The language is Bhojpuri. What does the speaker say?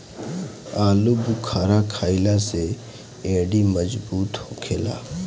आलूबुखारा खइला से हड्डी मजबूत होखेला